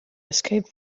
escape